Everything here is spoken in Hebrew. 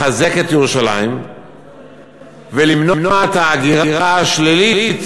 הייתה לחזק את ירושלים ולמנוע את ההגירה השלילית